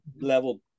level